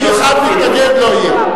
אם אחד מתנגד, לא יהיה.